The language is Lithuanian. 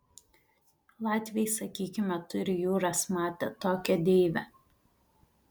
latviai sakykime turi jūras mate tokią deivę